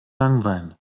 langweilen